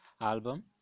album